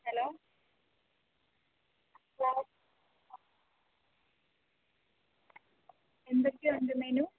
hello എന്തൊക്കെ ഉണ്ട് menu